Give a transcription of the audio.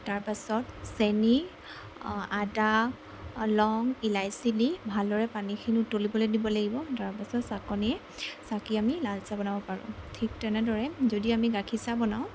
তাৰপাছত চেনি আদা লং ইলাইচি দি ভালদৰে পানীখিনি উতলিবলৈ দিব লাগিব তাৰপাছত ছাকনীয়ে ছাকি আমি লালচাহ বনাব পাৰোঁ ঠিক তেনেদৰে যদি আমি গাখীৰ চাহ বনাওঁ